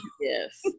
Yes